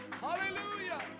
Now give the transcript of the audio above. Hallelujah